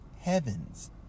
heavens